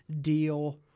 deal